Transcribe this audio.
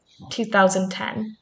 2010